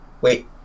Wait